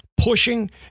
pushing